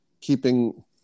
keeping